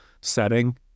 setting